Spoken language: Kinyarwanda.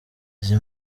izi